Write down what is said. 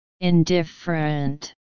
Indifferent